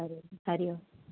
Hari Om Hari Om